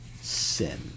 Sin